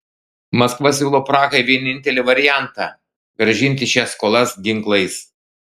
maskva siūlo prahai vienintelį variantą grąžinti šias skolas ginklais